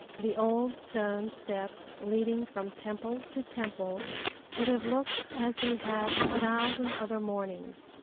the old stone steps leading from temple to temple would have looked as they had a thousand other mornings,